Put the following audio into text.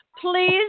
Please